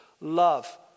love